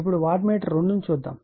ఇప్పుడు watt meter 2 ని చూద్దాము